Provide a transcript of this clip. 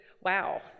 wow